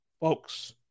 Folks